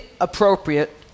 appropriate